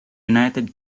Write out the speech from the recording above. united